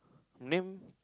name